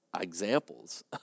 examples